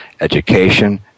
education